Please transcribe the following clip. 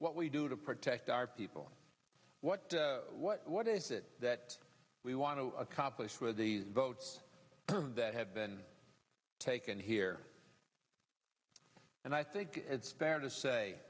what we do to protect our people what what what is it that we want to accomplish with these votes that have been taken here and i think it's fair to say